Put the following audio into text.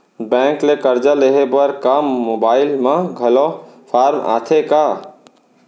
Bank ले करजा लेहे बर का मोबाइल म घलो फार्म आथे का?